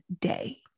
day